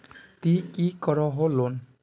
ती की करोहो लोन?